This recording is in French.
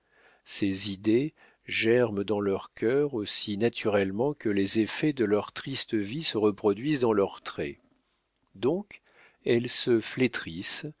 ces idées germent dans leur cœur aussi naturellement que les effets de leur triste vie se reproduisent dans leurs traits donc elles se flétrissent